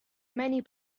many